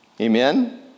Amen